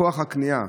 כוח הקנייה,